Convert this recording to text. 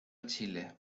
chile